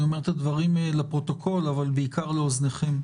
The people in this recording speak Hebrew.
אני אומר את הדברים לפרוטוקול אבל בעיקר לאוזניכם,